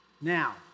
Now